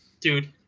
dude